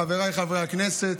חבריי חברי הכנסת,